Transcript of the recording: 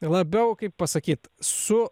labiau kaip pasakyt su